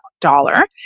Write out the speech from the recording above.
dollar